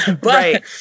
Right